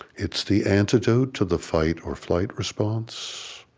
it's the antidote to the fight-or-flight response,